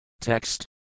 Text